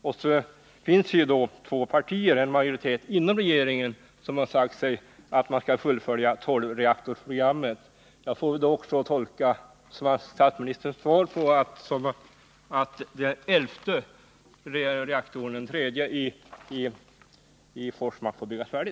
Två partier, dvs. en majoritet, inom regeringen har ju sagt att man skall fullfölja tolvreaktorsprogrammet. Jag tolkar statsministerns svar så att han anser att den elfte reaktorn, Forsmark 3, också får byggas färdig.